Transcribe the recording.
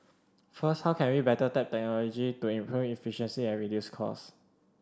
first how can we better tap technology to improve efficiency and reduce cost